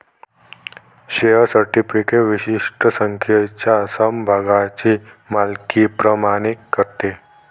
share certificate विशिष्ट संख्येच्या समभागांची मालकी प्रमाणित करते